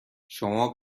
شما